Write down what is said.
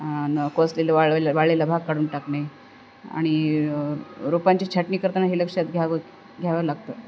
नको असलेला वाळ वाळलेला भााग काढून टाकणे आणि रोपांची छाटणी करताना हे लक्षात घ्यावं घ्यावं लागतं